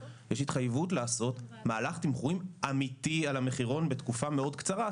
יש התחייבות לעשות מהלך תמחורים אמיתי על המחירון בתקופה מאוד קצרה.